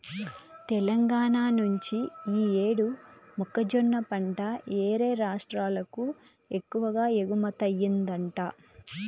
తెలంగాణా నుంచి యీ యేడు మొక్కజొన్న పంట యేరే రాష్ట్రాలకు ఎక్కువగా ఎగుమతయ్యిందంట